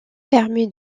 permet